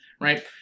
right